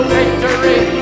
victory